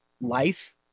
life